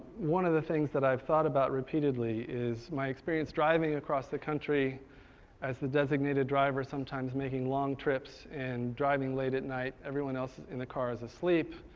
one of the things that i've thought about repeatedly is my experience driving across the country as the designated driver, sometimes making long trips and driving late at night. everyone else in the car is asleep.